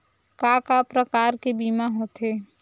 का का प्रकार के बीमा होथे?